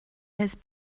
his